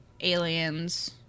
Aliens